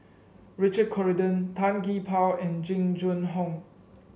Richard Corridon Tan Gee Paw and Jing Jun Hong